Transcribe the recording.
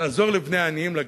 לעזור לבני העניים להגיע.